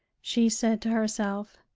she said to herself.